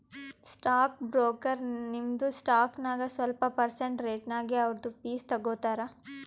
stock broker ನಿಮ್ದು stock ನಾಗ್ ಸ್ವಲ್ಪ ಪರ್ಸೆಂಟ್ ರೇಟ್ನಾಗ್ ಅವ್ರದು ಫೀಸ್ ತಗೋತಾರ